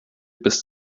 bis